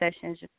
sessions